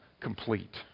complete